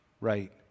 right